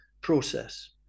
process